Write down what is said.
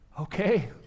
okay